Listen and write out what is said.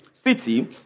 city